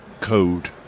code